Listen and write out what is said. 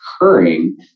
occurring